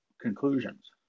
conclusions